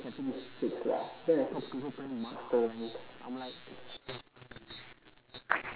setting six lah then I saw people play master rank I'm like